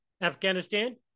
Afghanistan